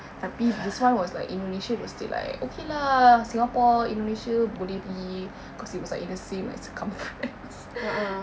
tapi this [one] was like indonesia was still like okay lah singapore indonesia boleh pergi because it was like in the same like circumference